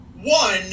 one